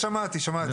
שמעתי, שמעתי טוב.